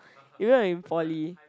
you know in poly